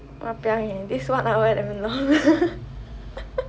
!wahpiang! eh this one really damn long